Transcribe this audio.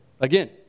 again